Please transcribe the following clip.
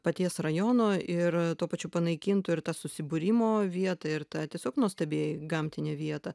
paties rajono ir tuo pačiu panaikintų ir tą susibūrimo vietą ir tą tiesiog nuostabiai gamtinę vietą